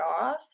off